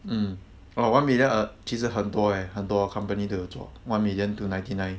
mm oh one million uh 其实很多 eh 很多 company 都有做 one million to ninety nine